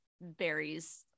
berries